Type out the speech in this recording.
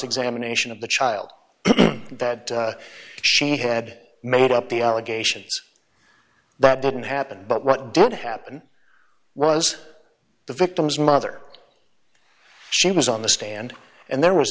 examination of the child that she had made up the allegations that didn't happen but what did happen was the victim's mother she was on the stand and there was